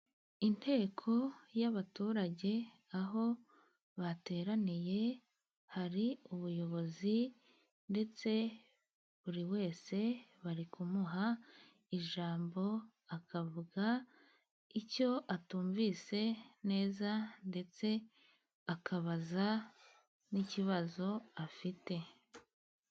Inteko y'abaturage, aho bateraniye hari ubuyobozi, ndetse buri wese bari kumuha ijambo, akavuga icyo atumvise neza, ndetse akabaza n'ikibazo afite.